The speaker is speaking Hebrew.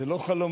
זה לא חלומות,